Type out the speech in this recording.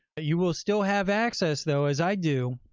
you will still have access though, as i do